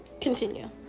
continue